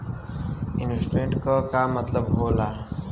Investment क का मतलब हो ला?